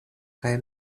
kaj